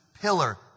pillar